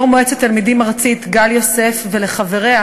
וליושבת-ראש מועצת התלמידים הארצית גל יוסף ולחבריה,